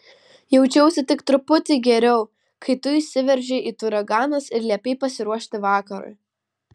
jaučiausi tik truputį geriau kai tu įsiveržei it uraganas ir liepei pasiruošti vakarui